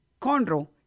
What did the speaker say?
conroe